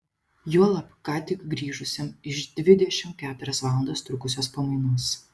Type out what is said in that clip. juolab ką tik grįžusiam iš dvidešimt keturias valandas trukusios pamainos